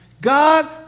God